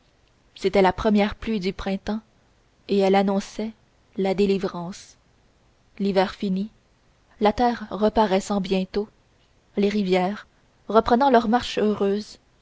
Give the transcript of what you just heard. c'était la première pluie du printemps et elle annonçait la délivrance l'hiver fini la terre reparaissant bientôt les rivières reprenant leur marche heureuse